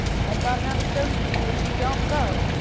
i got another stone for you if you don't go!